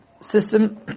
system